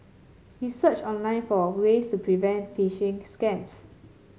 he searched online for ways to prevent phishing scams